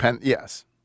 Yes